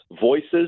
voices